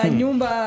nyumba